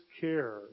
care